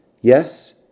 yes